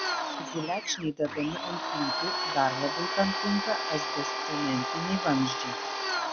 gulekšniai dedami ant plytų dar labiau tam tinka asbestcementiniai vamzdžiai